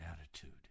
attitude